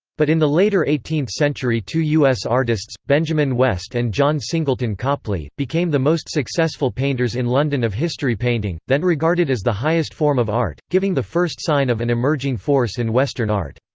but in the later eighteenth century two u s. artists, benjamin west and john singleton copley, became the most successful painters in london of history painting, then regarded as the highest form of art, giving the first sign of an emerging force in western art.